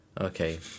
Okay